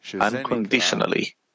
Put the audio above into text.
unconditionally